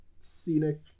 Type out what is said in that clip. scenic